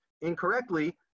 incorrectly